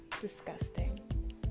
disgusting